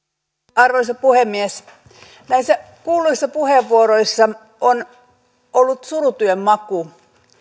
arvoisa puhemies näissä kuulluissa puheenvuoroissa on ollut surutyön maku